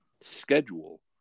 schedule